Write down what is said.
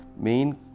main